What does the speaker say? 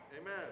Amen